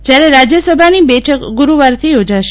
જ્યારે રાજ્યસભાની બેઠક ગુરુવાર થી યોજાશે